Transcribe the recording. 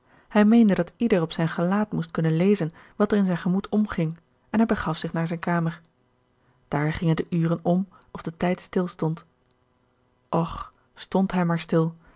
hij meende dat ieder op zijn gelaat moest kunnen lezen wat er in zijn gemoed omging en hij begaf zich naar zijne kamer daar gingen de uren om of de tijd stilstond och stond hij maar stil